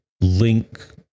link